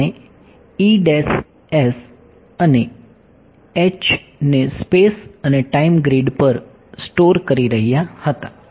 આપણે Es અને H ને સ્પેસ અને ટાઈમ ગ્રીડ પર સ્ટોર કરી રહ્યાં હતાં